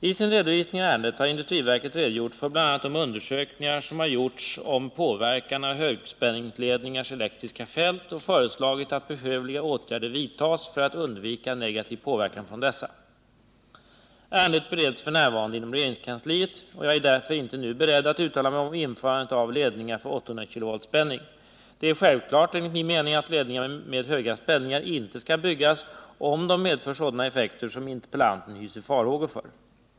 I sin redovisning av ärendet har industriverket redogjort för bl.a. de undersökningar som har gjorts om påverkan av högspänningsledningars elektriska fält och föreslagit att behövliga åtgärder vidtas för att undvika negativ påverkan från dessa. Ärendet bereds f. n. inom regeringskansliet. Jag är därför inte nu beredd att uttala mig om införandet av ledningar för 800 kV spänning. Det är självklart enligt min mening att ledningar med höga spänningar inte skall byggas, om de medför sådana effekter som interpellanten hyser farhågor för.